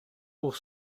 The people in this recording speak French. pour